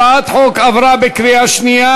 הצעת החוק עברה בקריאה שנייה.